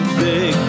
big